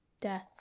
death